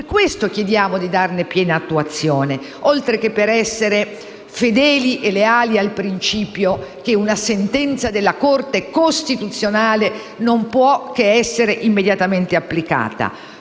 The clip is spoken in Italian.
Per questo chiediamo di darne piena attuazione, oltre che per essere fedeli e leali al principio che una sentenza della Corte costituzionale non può che essere immediatamente applicata.